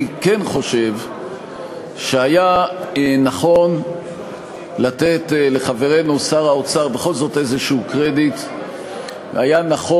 אני כן חושב שהיה נכון לתת לחברנו שר האוצר בכל זאת קרדיט כלשהו,